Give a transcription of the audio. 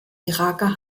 iraker